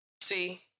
See